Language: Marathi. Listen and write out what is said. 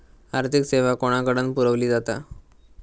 आर्थिक सेवा कोणाकडन पुरविली जाता?